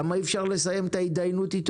למה אי אפשר לסיים את ההתדיינות איתו